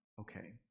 okay